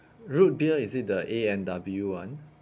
root beer is it the A&W [one]